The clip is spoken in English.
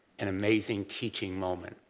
an amazing teaching moment